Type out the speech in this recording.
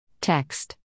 Text